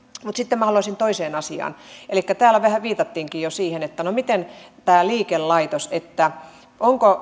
mutta sitten haluaisin toiseen asiaan täällä vähän viitattiinkin jo siihen että miten tämä liikelaitos ovatko